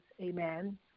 amen